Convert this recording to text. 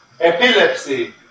Epilepsy